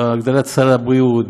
בהגדלת סל הבריאות,